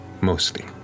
mostly